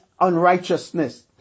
unrighteousness